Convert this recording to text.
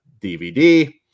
DVD